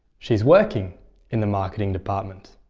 she's working in the marketing department.